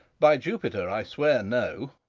by jupiter, i swear no.